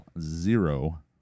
zero